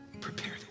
Prepare